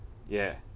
yeah